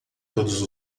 todos